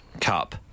Cup